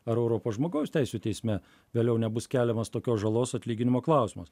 ar europos žmogaus teisių teisme vėliau nebus keliamas tokios žalos atlyginimo klausimas